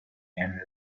and